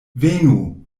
venu